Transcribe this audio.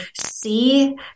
see